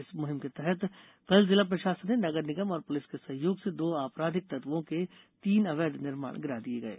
इस मुहिम के तहत कल जिला प्रशासन ने नगर निगम और पुलिस के सहयोग से दो आपराधिक तत्वों के तीन अवैध निर्माण गिरा दिये गये